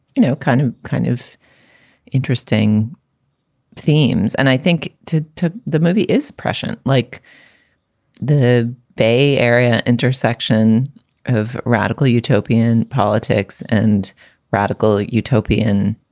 you know, kind of kind of interesting themes. and i think to to the movie is precious, like the bay area intersection of radical utopian politics and radical utopian